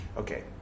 Okay